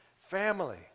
family